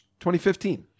2015